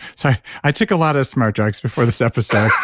so, i took a lot of asthma drugs before this episode.